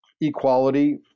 equality